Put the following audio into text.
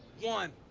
one.